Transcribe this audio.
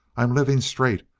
i'm living straight.